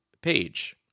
page